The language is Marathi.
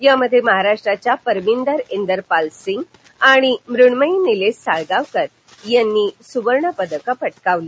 यामध्ये महाराष्ट्राच्या परमिंदर इंदर पाल सिंह आणि मृण्मयी निलेश साळगावकर यांनी स्वर्णपदकं पटकावली